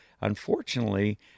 unfortunately